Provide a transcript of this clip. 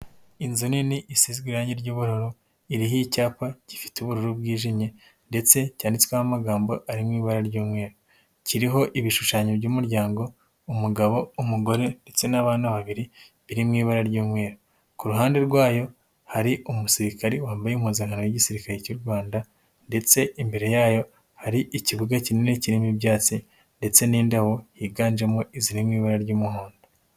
inzu nini i isizwe irarange ry'ubururu, iriho icyapa gifite ubururu bwijimye ndetse yanditsweho amagambo arimo ibara ry'umweru, kiriho ibishushanyo by'umuryango umugabo umugore ndetse n'abana babiri iri mu ibara ry'umweru, ku ruhande rwayo hari umusirikare wambaye impuzankano y'igisirikare cy'u rwanda ndetse imbere yayo hari ikibuga kinini kirimo ibyatsi ndetse n'indabo yiganjemoziririmo ibara ry'umuhondo.